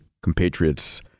compatriots